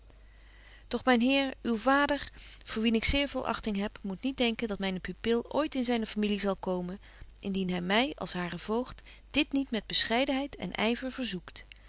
doch myn heer uw vader voor wien ik zeer veel achting heb moet niet denken dat myne pupil ooit in zyne familie zal komen indien hy my als haren voogd dit niet met bescheidenheid en yver verzoekt